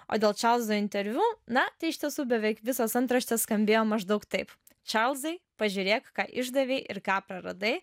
o dėl čarlzo interviu na tai iš tiesų beveik visos antraštės skambėjo maždaug taip čarlzai pažiūrėk ką išdavei ir ką praradai